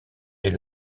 est